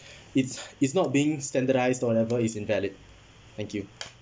it's it's not being standardised or whatever is invalid thank you